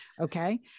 Okay